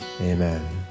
amen